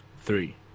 Three